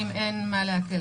לא בואו נעשה רגע אחרת,